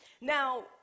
now